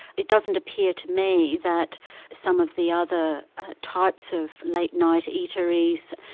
it doesn't appear to me that some of the other types of late night eateries,